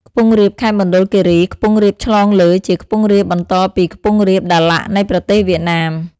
ខ្ពង់រាបខេត្តមណ្ឌលគីរី ខ្ពង់រាបឆ្លងលើ ជាខ្ពង់រាបបន្តពីខ្ពង់រាប ដាឡាក់ នៃប្រទេសវៀតណាម ។